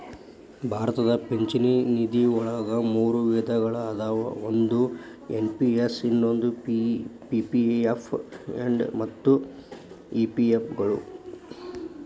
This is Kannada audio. ಭಾರತದ ಪಿಂಚಣಿ ನಿಧಿವಳಗ ಮೂರು ವಿಧಗಳ ಅದಾವ ಒಂದು ಎನ್.ಪಿ.ಎಸ್ ಇನ್ನೊಂದು ಪಿ.ಪಿ.ಎಫ್ ಮತ್ತ ಇ.ಪಿ.ಎಫ್ ಗಳು